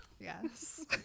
yes